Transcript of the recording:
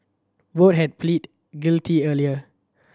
both had pleaded guilty earlier